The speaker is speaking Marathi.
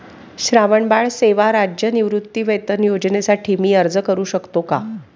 श्रावणबाळ सेवा राज्य निवृत्तीवेतन योजनेसाठी मी अर्ज करू शकतो का?